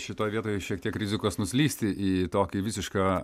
šitoj vietoj šiek tiek rizikos nuslysti į tokį visišką